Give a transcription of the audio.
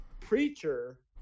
Preacher